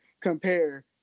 compare